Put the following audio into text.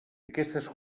aquestes